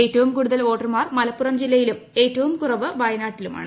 ഏറ്റവും കൂടുതൽ വോട്ടർമാർ മലപ്പുറം ജില്ലയിലും ഏറ്റവും കുറവ് വയനാട്ടിലുമാണ്